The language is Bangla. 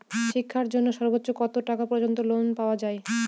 শিক্ষার জন্য সর্বোচ্চ কত টাকা পর্যন্ত লোন পাওয়া য়ায়?